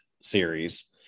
series